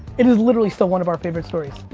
it is literally still one of our favorite stories.